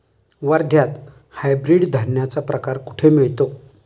वर्ध्यात हायब्रिड धान्याचा प्रकार कुठे मिळतो?